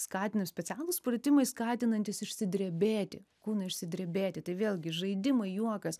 skatino specialūs pratimai skatinantys išsidrebėti kūnui išsidrebėti tai vėlgi žaidimai juokas